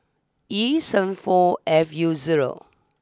E seven four F U zero